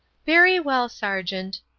very well, sergeant,